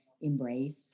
embrace